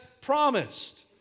promised